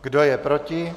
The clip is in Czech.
Kdo je proti?